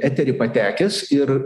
eterį patekęs ir